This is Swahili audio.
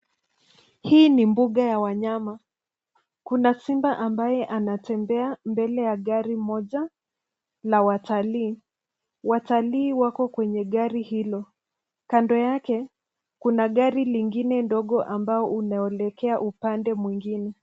Hii ni mbuga ya wanyama. Kuna simba ambaye anatembea mbele ya gari moja la watalii. Watalii wako kwenye gari hilo. Kando yake kuna gari lingine ndogo ambao unaelekea upande mwingine.